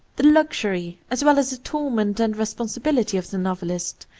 the luxury, as well as the torment and responsibility, of the novelist,